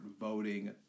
voting